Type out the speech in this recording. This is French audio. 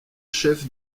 chef